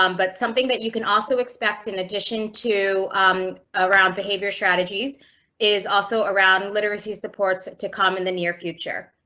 um but something that you can also expect in addition to um behavior strategies is also around literacy supports to come in the near future.